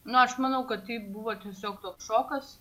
na aš manau kad tai buvo tiesiog toks šokas